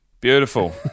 Beautiful